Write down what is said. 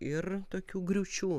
ir tokių griūčių